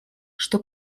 что